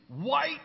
white